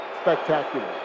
spectacular